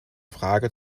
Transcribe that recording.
frage